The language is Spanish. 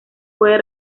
puede